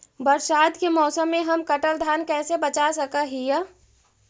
बरसात के मौसम में हम कटल धान कैसे बचा सक हिय?